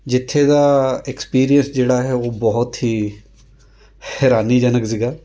ਜਿੱਥੇ ਦਾ ਐਕਪੀਰੀਅਂਸ ਜਿਹੜਾ ਹੈ ਉਹ ਬਹੁਤ ਹੀ ਹੈਰਾਨੀਜਨਕ ਸੀਗਾ